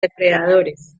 depredadores